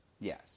Yes